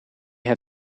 had